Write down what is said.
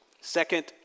second